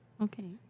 okay